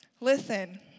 Listen